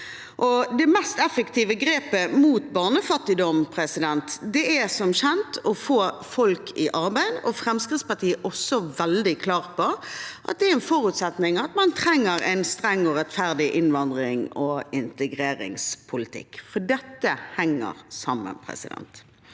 det mest effektive grepet mot barnefattigdom er som kjent å få folk i arbeid. Fremskrittspartiet er også veldig klar på at det er en forutsetning at man trenger en streng og rettferdig innvandrings- og integreringspolitikk, for dette henger sammen. Det meste